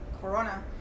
Corona